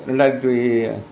ரெண்டாயிரத்தி